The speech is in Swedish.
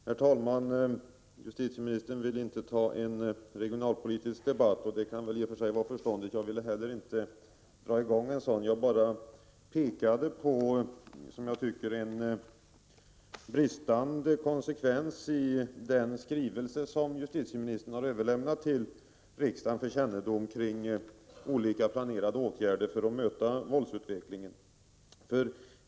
Herr talman! Justitieministern vill inte ta en regionalpolitisk debatt. Det kan i och för sig vara förståndigt. Jag ville inte heller dra i gång en sådan. Jag pekade bara på en bristande konsekvens i den skrivelse som justitieministern har överlämnat till riksdagen för kännedom och som rör olika planerade åtgärder för att möta våldsutvecklingen.